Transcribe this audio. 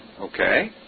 Okay